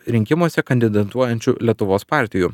rinkimuose kandidantuojančių lietuvos partijų